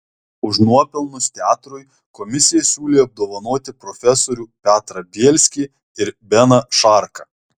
už nuopelnus teatrui komisija siūlė apdovanoti profesorių petrą bielskį ir beną šarką